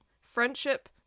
friendship